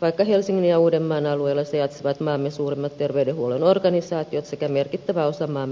vaikka helsingin ja uudenmaan alueella sijaitsevat maamme suurimmat terveydenhuollon organisaatiot sekä merkittävä osa maamme hoitohenkilöstöstä